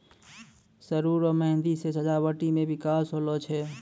सरु रो मेंहदी से सजावटी मे बिकास होलो छै